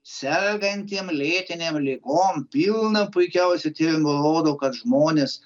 sergantiem lėtinėm ligom pilna puikiausių tyrimų rodo kad žmonės